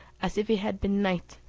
as if it had been night,